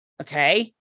Okay